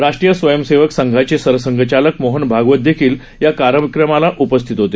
राष्ट्रीय स्वयंसेवक संघाचे सरसंघचालक मोहन भागवतही या कार्यक्रमाला उपस्थित होते